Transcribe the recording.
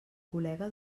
col·lega